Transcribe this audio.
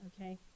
okay